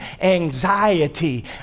anxiety